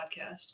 podcast